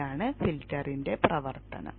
ഇതാണ് ഫിൽട്ടറിന്റെ പ്രവർത്തനം